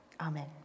Amen